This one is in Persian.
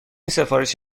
سفارش